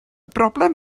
broblem